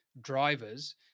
drivers